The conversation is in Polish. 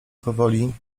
powoli